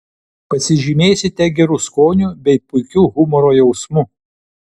pasižymėsite geru skoniu bei puikiu humoro jausmu